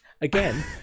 Again